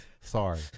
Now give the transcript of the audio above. Sorry